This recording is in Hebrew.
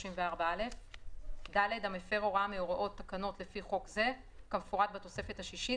34(א); (ד) המפר הוראה מהוראות תקנות לפי חוק זה כמפורט בתוספת השישית,